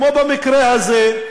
כמו במקרה הזה,